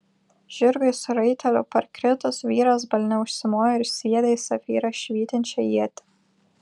žirgui su raiteliu parkritus vyras balne užsimojo ir sviedė į safyrą švytinčią ietį